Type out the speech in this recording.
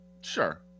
Sure